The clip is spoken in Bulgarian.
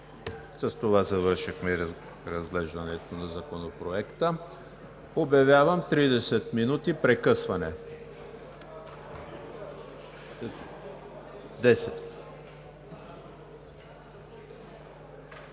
С това завършихме разглеждането на Законопроекта. Обявяваме прекъсване от